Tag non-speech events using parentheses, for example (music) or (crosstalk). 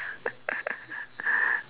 (laughs)